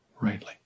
rightly